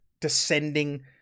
descending